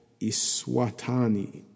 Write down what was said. Iswatani